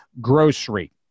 Grocery